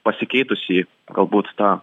pasikeitusį galbūt tą